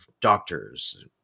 doctors